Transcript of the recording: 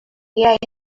yet